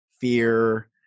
fear